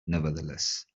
nevertheless